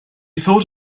thought